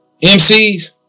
MCs